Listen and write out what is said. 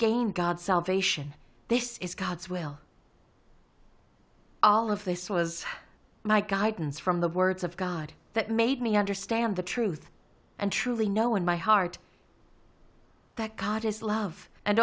gain god's salvation this is god's will all of this was my guidance from the words of god that made me understand the truth and truly know in my heart that god is love and